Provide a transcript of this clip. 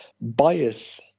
bias